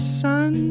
sun